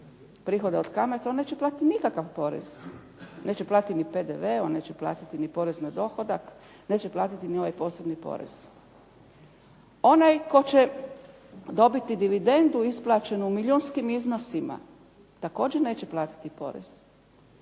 prihoda od kamate, on neće platiti nikakav porez, neće platiti ni PDV, on neće platiti ni porez na dohodak, neće platiti ni ovaj posebni porez. Onaj tko će dobiti dividendu isplaćenu u milijunskim iznosima također neće platiti porez.